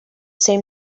same